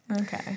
okay